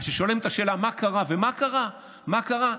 אז כששואלים את השאלה: מה קרה ומה קרה ומה קרה,